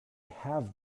have